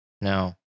no